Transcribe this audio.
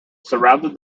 surrounded